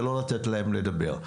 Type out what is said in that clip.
לתת להם לדבר.